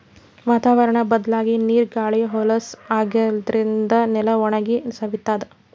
ವಾತಾವರ್ಣ್ ಬದ್ಲಾಗಿ ನೀರ್ ಗಾಳಿ ಹೊಲಸ್ ಆಗಾದ್ರಿನ್ದ ನೆಲ ಒಣಗಿ ಸವಿತದ್